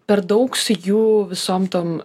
per daug su jų visom tom